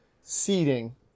seating